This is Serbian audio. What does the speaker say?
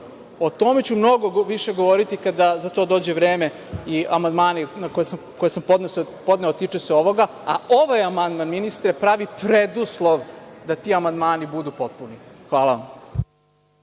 tome ću mnogo više govoriti kada za to dođe vreme i amandmani koje sam podneo, tiče se ovoga, a ovaj amandman, ministre pravi preduslov da ti amandmani budu potpuni. Hvala vam.